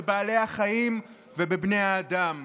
בבעלי החיים ובבני האדם.